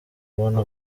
kubona